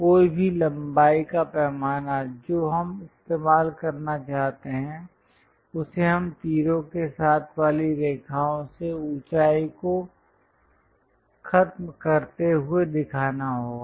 कोई भी लम्बाई का पैमाना जो हम इस्तेमाल करना चाहते हैं उसे हमें तीरों के साथ वाली रेखाओं से ऊंचाई को खत्म करते हुए दिखाना होगा